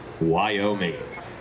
Wyoming